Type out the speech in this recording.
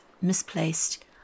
misplaced